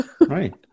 Right